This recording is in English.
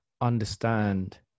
understand